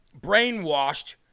brainwashed